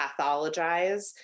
pathologize